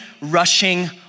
rushing